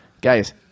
Guys